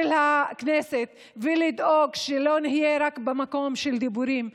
הכנסת ולדאוג שלא נהיה רק במקום של דיבורים,